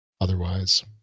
otherwise